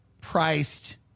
priced